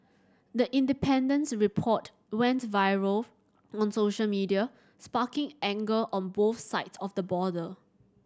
the Independent's report went viral on social media sparking anger on both sides of the border